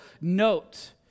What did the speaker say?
note